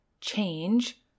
change